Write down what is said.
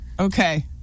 Okay